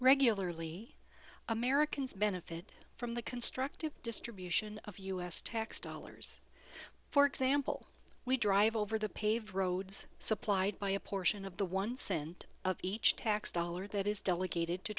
regularly americans benefit from the constructive distribution of u s tax dollars for example we drive over the paved roads supplied by a portion of the one cent each tax dollar that is delegated to